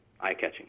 eye-catching